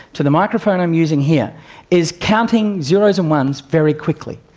to the microphone i'm using here is counting zeros and ones very quickly.